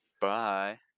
Bye